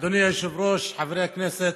אדוני היושב-ראש, חברי הכנסת,